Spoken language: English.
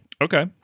Okay